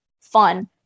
fun